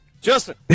Justin